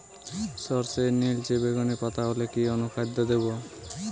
সরর্ষের নিলচে বেগুনি পাতা হলে কি অনুখাদ্য দেবো?